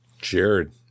Jared